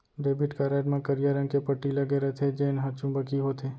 debit card म करिया रंग के पट्टी लगे रथे जेन हर चुंबकीय होथे